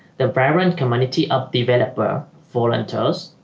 the vibrant community of developers, volunteers,